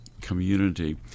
community